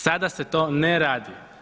Sada se to ne radi.